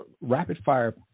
rapid-fire